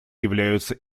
являются